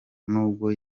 nubwo